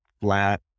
flat